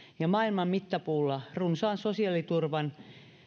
ja maailman mittapuulla runsaan sosiaaliturvan